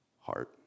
heart